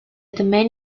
domain